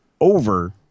over